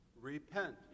Repent